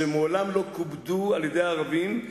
שמעולם לא כובדו על-ידי הערבים,